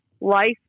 Life